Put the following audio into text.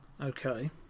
Okay